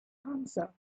answer